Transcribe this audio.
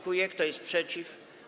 Kto jest przeciw?